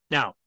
Now